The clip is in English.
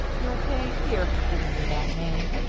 you'll pay dear for giving me that name.